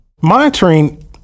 Monitoring